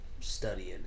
studying